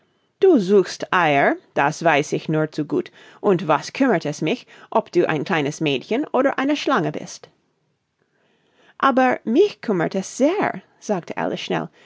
du suchst eier das weiß ich nur zu gut und was kümmert es mich ob du ein kleines mädchen oder eine schlange bist aber mich kümmert es sehr sagte alice schnell